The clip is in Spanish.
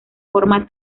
forma